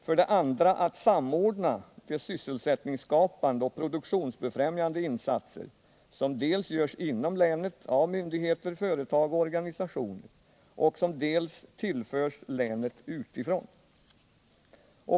För det andra att samordna de sysselsättningsskapande och produktionsbefrämjande insatser som dels görs inom länet av myndigheter, företag och organisationer, dels tillförs länet utifrån.